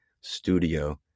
studio